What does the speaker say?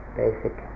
basic